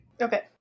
Okay